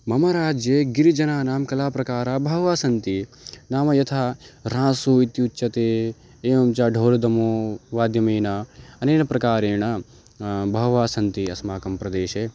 मम राज्ये गिरिजनानां कलाप्रकाराः बह्व्यः सन्ति नाम यथा रासु इत्युच्यते एवं चढोल्दमो वाद्येन अनेन प्रकारेण बह्व्यः सन्ति अस्माकं प्रदेशे